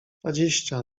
dwadzieścia